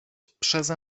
przeze